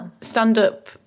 stand-up